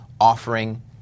offering